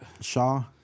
Shaw